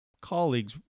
colleagues